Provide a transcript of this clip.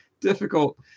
difficult